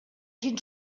hagin